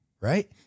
right